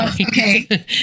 Okay